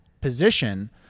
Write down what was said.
position